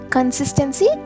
consistency